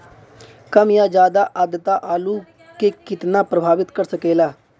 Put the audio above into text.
कम या ज्यादा आद्रता आलू के कितना प्रभावित कर सकेला?